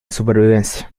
supervivencia